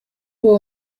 uwo